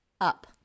up